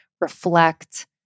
reflect